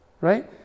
right